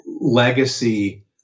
legacy